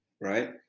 right